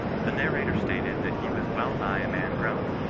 the narrator stated that he was well nigh a man grown,